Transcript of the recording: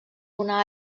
una